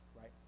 right